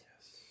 Yes